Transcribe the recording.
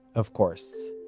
of course,